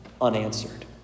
unanswered